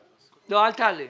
לא, אל תעלה,